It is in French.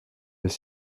des